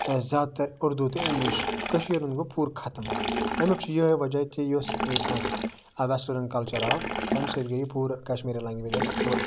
زیادٕ تَر اُردوٗ تہٕ اِنگلِش کٔشیٖر ہُند گوو پوٗرٕ خَتم اَمیُک چھُ یِہوے وجہہ کہِ یۄس ییٚتہِ اکھ وٮ۪سٹٲرٕن کَلچر آو تَمہِ سۭتۍ گٔے یہِ پوٗرٕ کَشمیٖرِ لینگویج اسہِ پوٗرٕ